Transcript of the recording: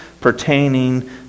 pertaining